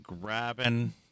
grabbing